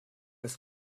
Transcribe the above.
das